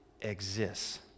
exists